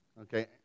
okay